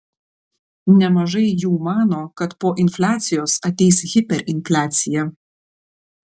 nemažai jų mano kad po infliacijos ateis hiperinfliacija